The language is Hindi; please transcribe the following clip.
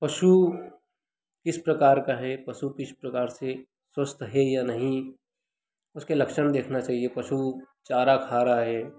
पशु किस प्रकार का है पशु किस प्रकार से स्वस्थ है या नहीं उसके लक्षण देखना चाहिए पशु चारा खा रहा है